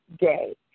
day